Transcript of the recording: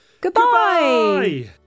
Goodbye